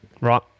Right